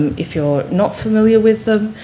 if you're not familiar with them,